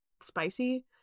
spicy